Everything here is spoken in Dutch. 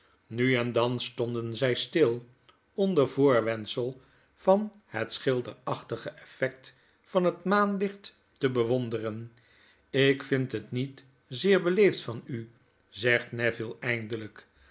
nu en dan stonden zy stil onder voorwendsel van het schilderachtige effect van het maanlichtte bewonderen ik vind het niet zeer beleefd van u zegt neville eindelyk